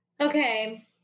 okay